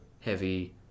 heavy